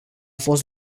fost